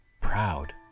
proud